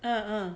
uh uh